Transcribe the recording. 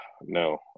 no